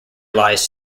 lies